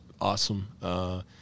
awesome